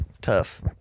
tough